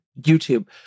YouTube